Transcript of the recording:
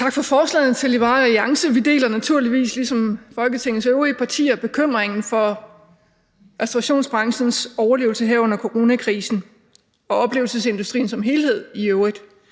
for forslaget. Vi deler naturligvis, ligesom Folketingets øvrige partier, bekymringen for restaurationsbranchens overlevelse her under coronakrisen og oplevelsesindustrien som helhed i øvrigt.